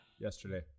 Yesterday